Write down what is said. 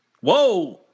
Whoa